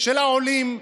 של העולים,